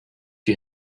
you